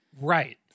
Right